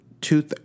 two